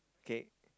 K